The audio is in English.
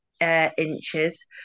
inches